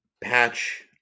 patch